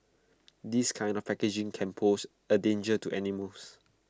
this kind of packaging can pose A danger to animals